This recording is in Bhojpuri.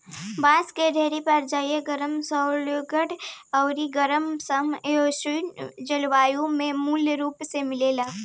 बांस के ढेरे प्रजाति गरम, उष्णकटिबंधीय अउरी गरम सम शीतोष्ण जलवायु में मूल रूप से मिलेला